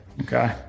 Okay